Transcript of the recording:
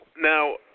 now